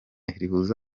rihuza